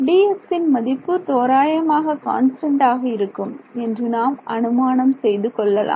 Dx இன் மதிப்பு தோராயமாக கான்ஸ்டன்ட் ஆக இருக்கும் என்று நாம் அனுமானம் செய்து கொள்ளலாம்